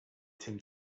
tim